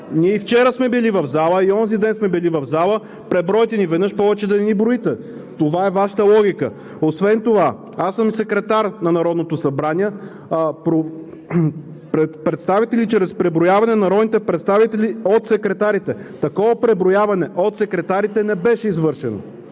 Ние и вчера сме били в залата, и онзи ден сме били в залата, пребройте ни веднъж и повече да не ни броите! Това е Вашата логика! Освен това аз съм секретар на Народното събрание. Преброяване на народните представители от секретарите?! Такова преброяване от секретарите не беше извършено.